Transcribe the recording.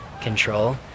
control